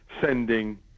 sending